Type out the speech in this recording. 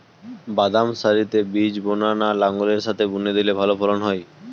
বাদাম সারিতে বীজ বোনা না লাঙ্গলের সাথে বুনে দিলে ভালো ফলন হয়?